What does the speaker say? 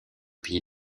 pays